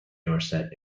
dorset